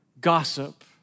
gossip